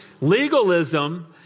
Legalism